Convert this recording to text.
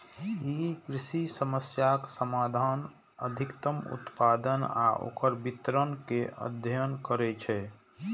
ई कृषि समस्याक समाधान, अधिकतम उत्पादन आ ओकर वितरण के अध्ययन करै छै